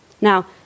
Now